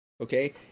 okay